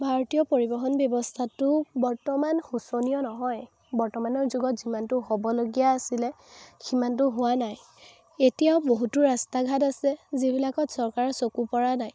ভাৰতীয় পৰিবহণ ব্যৱস্থাটো বৰ্তমান শোচনীয় নহয় বৰ্তমানৰ যুগত যিমানটো হ'বলগীয়া আছিলে সিমানটো হোৱা নাই এতিয়াও বহুতো ৰাস্তা ঘাট আছে যিবিলাকত চৰকাৰৰ চকু পৰা নাই